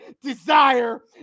desire